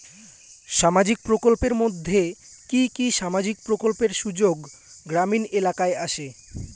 সামাজিক প্রকল্পের মধ্যে কি কি সামাজিক প্রকল্পের সুযোগ গ্রামীণ এলাকায় আসে?